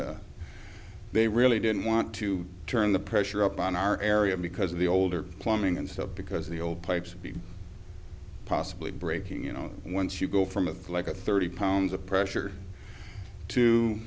that they really didn't want to turn the pressure up on our area because of the older plumbing and so because the old pipes would be possibly breaking you know once you go from of like a thirty pounds of pressure to